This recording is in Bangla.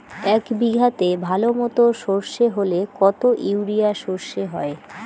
এক বিঘাতে ভালো মতো সর্ষে হলে কত ইউরিয়া সর্ষে হয়?